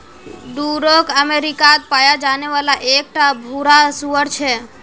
Duroc अमेरिकात पाया जाने वाला एक टा भूरा सूअर छे